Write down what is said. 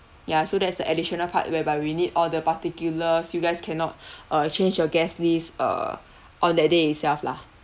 ya so that's the additional part whereby we need all the particulars you guys cannot uh change your guest list err on that day itself lah